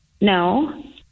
No